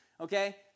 Okay